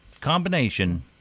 combination